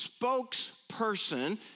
spokesperson